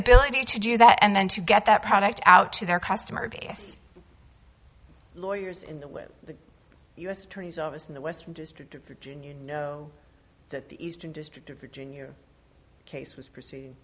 ability to do that and then to get that product out to their customer base lawyers in the with the u s attorney's office in the western district of virginia that the eastern district of virginia case was